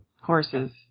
horses